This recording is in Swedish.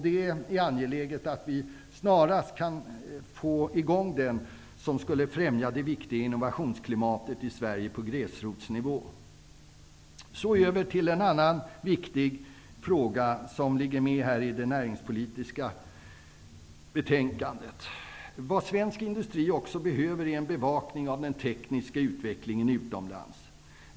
Det är angeläget att utredningens arbete snarast påbörjas för att på gräsrotsnivå främja det viktiga innovationsklimatet i Sverige. Så går jag över till en annan viktig fråga som finns i detta näringspolitiska betänkande. Vad svensk industri också behöver är en bevakning av den tekniska utvecklingen utomlands.